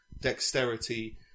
dexterity